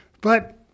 but-